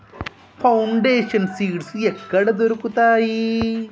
Foundation seeds ఎక్కడ దొరుకుతాయి?